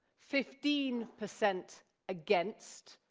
fifteen percent against,